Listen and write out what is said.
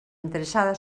interessada